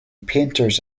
painters